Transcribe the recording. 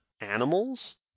animals